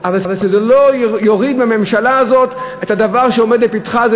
אבל שזה לא יוריד מהממשלה הזאת את הדבר שעומד לפתחה,